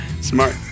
smart